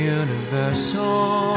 universal